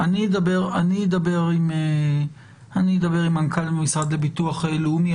אני אדבר עם מנכ"ל המוסד לביטוח לאומי.